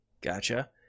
Gotcha